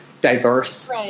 diverse